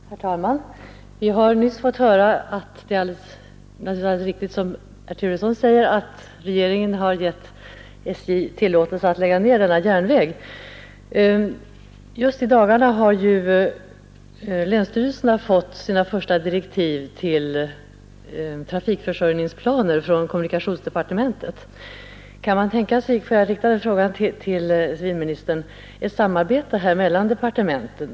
Herr talman! Vi har nyss fått höra herr Turesson alldeles riktigt säga att regeringen har givit SJ tillåtelse att lägga ned denna järnväg. Just i dagarna har länsstyrelserna fått sina första direktiv för trafikförsörjningsplanerna från kommunikationsdepartementet. Får jag ställa den frågan till civilministern, om det förekommer något samarbete mellan departementen i dessa angelägenheter.